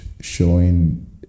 showing